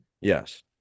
Yes